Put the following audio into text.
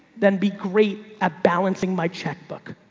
then be great at balancing my checkbook